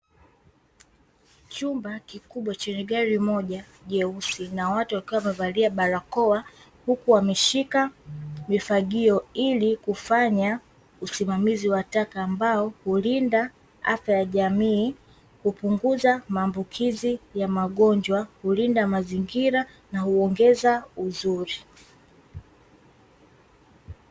Chumba kikubwa chenye gari moja jeusi na watu wakiwa wamevalia barakoa, huku wameshika mifagio ili kufanya usimamizi wa taka ambao hulinda afya ya jamii, hupunguza maambukizi ya magonjwa, kulinda mazingira na huongeza uzuri.